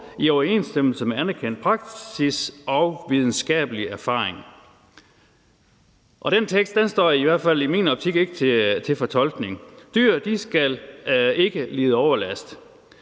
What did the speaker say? i overensstemmelse med anerkendte praktiske og videnskabelige erfaringer.« Den tekst er, i hvert fald i min optik, ikke til fortolkning. Dyr skal ikke lide overlast.